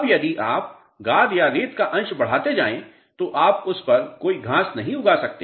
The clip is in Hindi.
अब यदि आप गाद या रेत का अंश बढ़ाते जाएं तो आप उस पर कोई घास नहीं उगा सकते